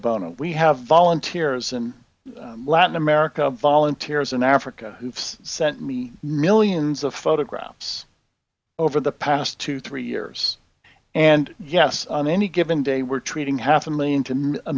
bono we have volunteers and latin america volunteers in africa hoofs sent me millions of photographs over the past two three years and yes on any given day we're treating half a million to a